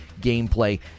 gameplay